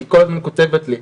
היא כל הזמן כותבת לי.